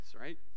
right